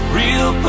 real